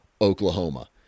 Oklahoma